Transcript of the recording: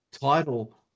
title